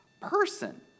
person